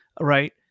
Right